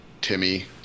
Timmy